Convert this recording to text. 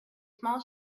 small